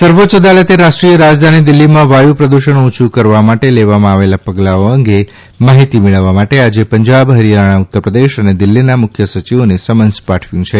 સર્વોચ્ય અદાલતે રાષ્ટ્રીય રાજધાની દિલ્લીમાં વાયુ પ્રદૂષણ ઓછું કરવા માટે લેવામાં આવેલા પગલાઓ અંગે માહિતી મેળવવા માટે આજે પંજાબ હરિયાણા ઉતરપ્રદેશ અને દિલ્લીના મુખ્યસચિવોને સમન્સ પાઠવ્યું છે